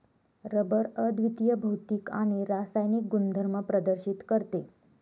rubber अद्वितीय भौतिक आणि रासायनिक गुणधर्म प्रदर्शित करते